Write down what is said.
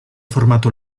formato